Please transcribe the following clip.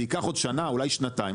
זה ייקח עוד שנה אולי שנתיים.